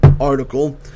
article